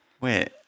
wait